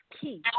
key